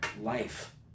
life